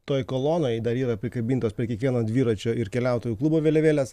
toj kolonoj dar yra prikabintos prie kiekvieno dviračio ir keliautojų klubo vėliavėlės